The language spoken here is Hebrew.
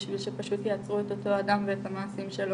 בשביל שפשוט יעצרו את אותו אדם ואת המעשים שלו,